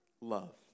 love